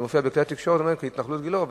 זה מופיע בכלי התקשורת כהתנחלות גילה.